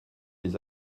les